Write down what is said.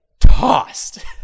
tossed